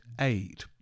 aid